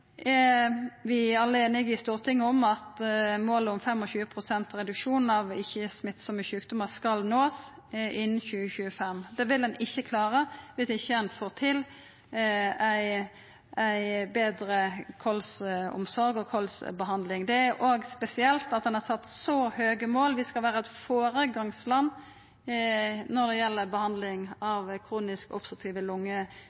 er alle einige i Stortinget om at målet om 25 pst. reduksjon av ikkje-smittsame sjukdomar skal nåast innan 2025. Det vil ein ikkje klara dersom ein ikkje får til ei betre kols-omsorg og kols-behandling. Det er òg spesielt at ein har sett så høge mål at vi skal vera eit føregangsland når det gjeld behandling